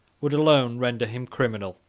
would alone render him criminal.